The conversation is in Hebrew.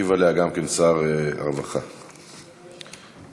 ישיב עליה שר העבודה, הרווחה והשירותים החברתיים.